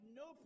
no